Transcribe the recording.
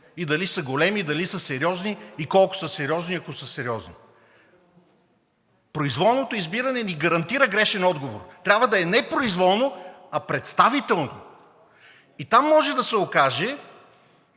– дали са големи, дали са сериозни и колко са сериозни, ако са сериозни? Произволното избиране ни гарантира грешен отговор. Трябва да не е произволно, а представително. И там може да се окаже